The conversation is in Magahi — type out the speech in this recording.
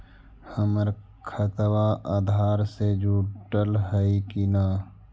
हमर खतबा अधार से जुटल हई कि न?